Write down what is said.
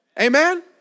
amen